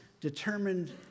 determined